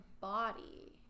body